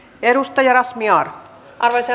arvoisa rouva puhemies